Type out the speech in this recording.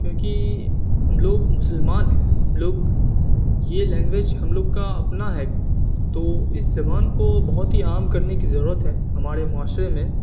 کیونکہ ہم لوگ مسلمان ہیں لوگ یہ لینگویج ہم لوگ کا اپنا ہے تو اس زبان کو بہت ہی عام کرنے کی ضرورت ہے ہمارے معاشرے میں